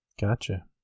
Gotcha